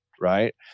right